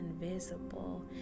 invisible